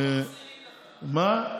מה?